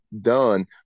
done